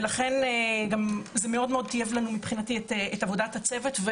ולכן זה מאוד טייב לנו מבחינתי את עבודת הצוות,